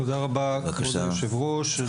תודה רבה, כבוד היושב-ראש.